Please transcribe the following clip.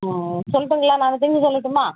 சொல்லட்டுங்களா நாங்கள் திரும்பி சொல்லட்டுமா